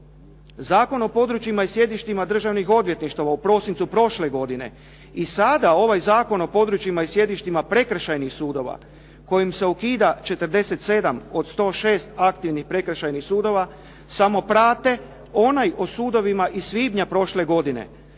Zakon o područjima i sjedištima državnih odvjetništava u prosincu prošle godine i sada ovaj Zakon o područjima i sjedištima prekršajnih sudova kojim se ukida 47 od 106 aktivnih prekršajnih sudova, samo prate onaj o sudovima iz svibnja prošle godine.